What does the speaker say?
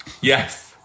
Yes